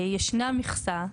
ישנה מכסה.